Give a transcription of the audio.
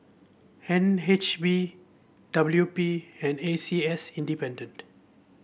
N H B W P and A C S Independent